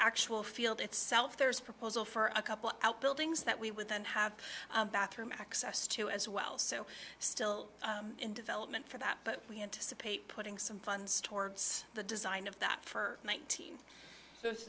actual field itself there's a proposal for a couple of outbuildings that we would then have bathroom access to as well so still in development for that but we anticipate putting some funds towards the design of that for nineteen